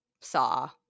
saw